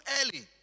early